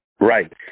Right